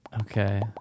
Okay